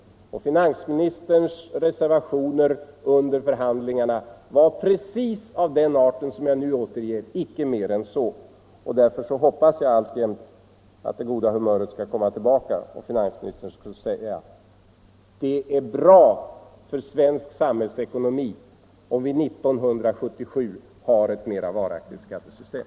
Finansministerns reservationer under förhandlingarna var av precis samma art som de jag nu återger, icke mer än så. Därför hoppas jag alltjämt att det goda humöret skall komma tillbaka och finansministern skall säga: Det är bra för svensk samhällsekonomi, om vi 1977 har ett mera varaktigt skattesystem.